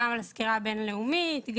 גם לסקירה הבין-לאומית,